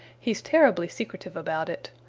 he's terribly secretive about it.